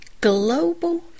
global